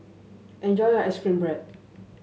enjoy your ice cream bread